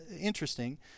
interesting